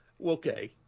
okay